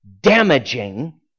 damaging